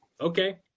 okay